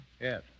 Yes